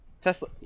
Tesla